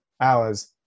hours